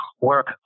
work